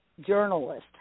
journalist